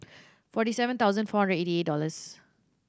forty seven thousand four eighty eight dollars